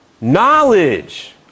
knowledge